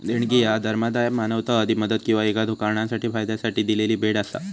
देणगी ह्या धर्मादाय, मानवतावादी मदत किंवा एखाद्यो कारणासाठी फायद्यासाठी दिलेली भेट असा